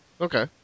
Okay